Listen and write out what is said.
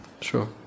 Sure